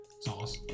sauce